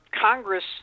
Congress